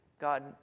God